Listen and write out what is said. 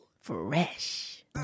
Fresh